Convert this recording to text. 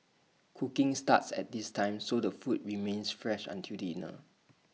cooking starts at this time so the food remains fresh until dinner